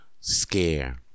scare